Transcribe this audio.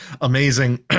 amazing